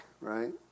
right